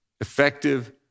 effective